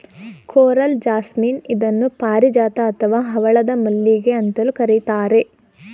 coral jasmine ಇದನ್ನು ಪಾರಿಜಾತ ಅಥವಾ ಹವಳದ ಮಲ್ಲಿಗೆ ಅಂತಲೂ ಕರಿತಾರೆ